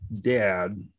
dad